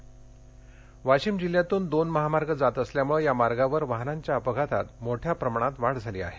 वाशीम वाशीम जिल्ह्यातून दोन महामार्ग जात असल्यामुळं या मार्गावर वाहनांच्या अपघातात मोठ्या प्रमाणात वाढ झाली आहे